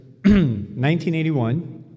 1981